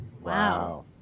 wow